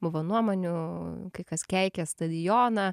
buvo nuomonių kai kas keikė stadioną